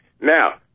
Now